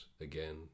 again